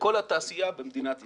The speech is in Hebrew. לכל התעשייה במדינת ישראל.